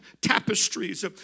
tapestries